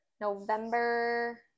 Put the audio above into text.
November